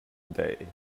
day